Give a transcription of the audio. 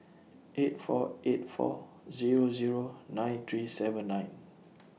eight four eight four Zero Zero nine three seven nine